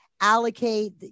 allocate